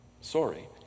Sorry